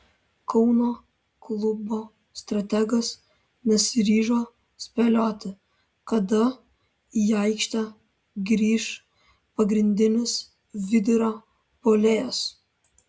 kauno klubo strategas nesiryžo spėlioti kada į aikštę grįš pagrindinis vidurio puolėjas